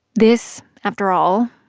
this, after all,